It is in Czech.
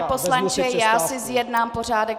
Pane poslanče, já si zjednám pořádek.